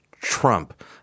Trump